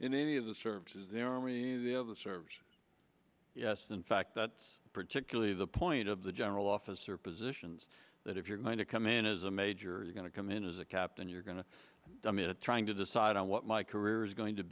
in any of the services the army the other services yes in fact that's particularly the point of the general officer positions that if you're going to come in as a major you're going to come in as a captain you're going to i'm in a trying to decide on what my career is going to